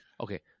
okay